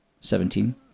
seventeen